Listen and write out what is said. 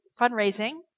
fundraising